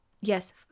Yes